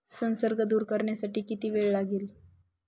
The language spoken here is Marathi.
संसर्ग दूर करण्यासाठी किती वेळ लागेल?